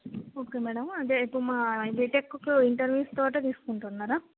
okay madam అంటే ఇప్పుడు మా బీటెక్కు ఇంటర్వ్యూస్ తోటే తీసుకుంటున్నారా